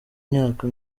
imyaka